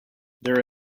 their